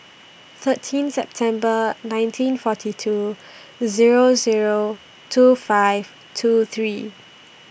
thirteen September nineteen forty two Zero Zero two five two three